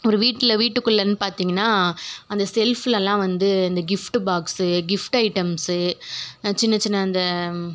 ஒரு வீட்டில் வீட்டுக்குள்ளே பார்த்திங்ன்னா அந்த ஷெல்ப்லலாம் வந்து அந்த கிஃப்ட் பாக்ஸு கிஃப்ட் ஐட்டம்ஸு சின்ன சின்ன அந்த